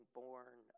born